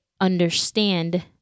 understand